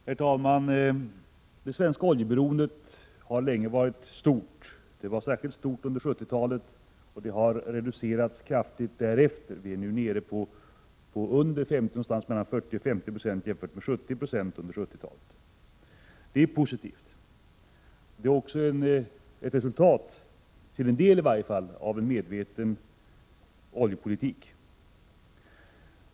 Herr talman! Det svenska oljeberoendet har länge varit stort. Det var särskilt stort under 1970-talet, men har reducerats därefter. Vi är nu nere på 40-50 20 jämfört med 70 70 under 1970-talet. Detta är positivt. Denna utveckling är till en del resultatet av en medveten oljepolitik.